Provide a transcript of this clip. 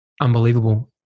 unbelievable